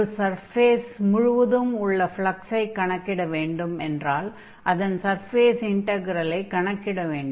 ஒரு சர்ஃபேஸ் முழுவதும் உள்ள ஃப்லக்ஸை கணக்கிட வேண்டும் என்றால் அதன் சர்ஃபேஸ் இன்டக்ரெலை கணக்கிட வேண்டும்